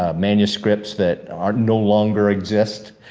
ah manuscripts that um no longer exist,